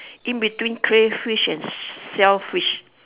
in between crayfish and shellfish